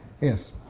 Yes